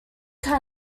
kind